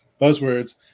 buzzwords